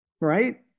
right